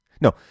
No